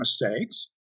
mistakes